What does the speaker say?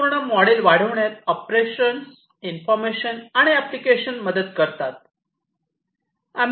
संपूर्ण मॉडेल वाढविण्यात operations information आणि एप्लीकेशन मदत करतात